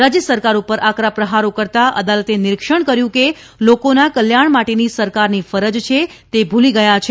રાજય સરકાર પર આકરા પ્રહારો કરતાં અદાલતે નિરીક્ષણ કર્યું હતું કે લોકોના કલ્યાણ માટેની સરકારની ફરજ છે તે ભૂલી ગયા છે